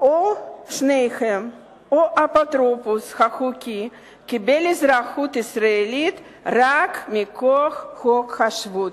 או שניהם או אפוטרופוסו החוקי קיבל אזרחות מכוח חוק השבות,